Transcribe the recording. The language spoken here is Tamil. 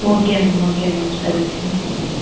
ஓகே மேம் ஓகே மேம் சரிங்க மேம்